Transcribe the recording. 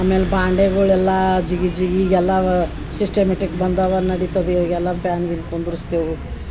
ಆಮೇಲೆ ಬಾಂಡೆಗುಳೆಲ್ಲಾ ಜಿಗಿ ಜಿಗಿ ಈಗ ಎಲ್ಲವಾ ಸಿಸ್ಟಮೆಟಿಕ್ ಬಂದವ ನಡಿತದೆ ಇವಗೆಲ್ಲ ಪ್ಯಾನ್ ಗೀನ್ ಕುಂದರ್ಸ್ತೇವು